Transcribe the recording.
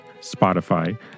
Spotify